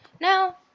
Now